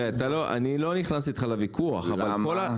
תראה אני לא נכנס איתך לוויכוח אבל --- למה?